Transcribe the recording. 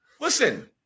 Listen